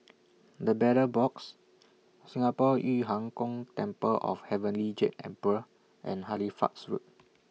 The Battle Box Singapore Yu Huang Gong Temple of Heavenly Jade Emperor and Halifax Road